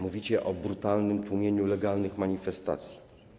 Mówicie o brutalnym tłumieniu legalnych manifestacji.